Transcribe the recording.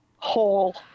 whole